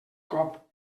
cop